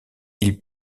ils